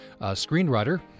screenwriter